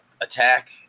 attack